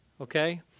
okay